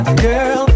girl